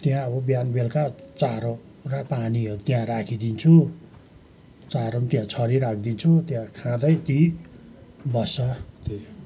त्यहाँ अब बिहान बेलुका चारो र पानी त्यहाँ राखिदिन्छु चारो पनि त्यहाँ छरिराखिदिन्छु त्यहाँ खाँदै त्यहीँ बस्छ